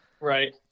Right